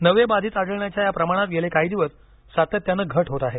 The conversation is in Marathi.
नवे बाधित आढळण्याच्या या प्रमाणात गेले काही दिवस सातत्यानं घट होते आहे